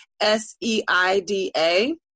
S-E-I-D-A